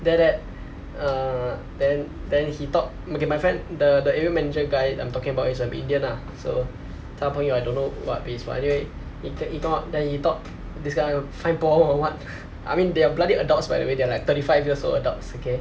that that err then then he thought okay my friend the the area manager guy I'm talking about is a indian lah so 他朋友 I don't know what race but anyway h~ he come out then he thought this guy find problem or what I mean they are bloody adults by the way they're like thirty five years old adults okay